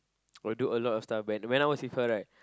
will do a lot of stuff when when I was with her right